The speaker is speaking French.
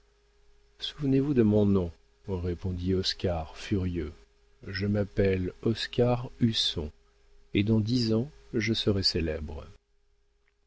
souvenez-vous de mon nom répondit oscar furieux je m'appelle oscar husson et dans dix ans je serai